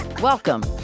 Welcome